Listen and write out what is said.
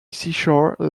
seashore